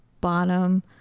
bottom